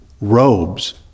robes